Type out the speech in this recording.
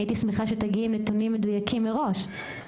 הייתי שמחה שתגיעי עם נתונים מדויקים מראש.